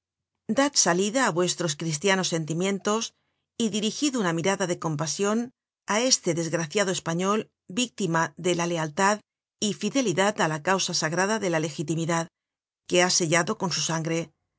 dad salida á vuestros cristianos sentimientos y dirigid una mirada de compasion á este desgraciado español víctima de la lealtad y fidelidad á la causa sagrada de la legitimidad que ha sellaido con su sangre